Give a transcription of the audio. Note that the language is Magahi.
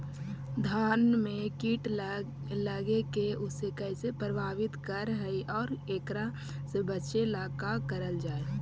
धान में कीट लगके उसे कैसे प्रभावित कर हई और एकरा से बचेला का करल जाए?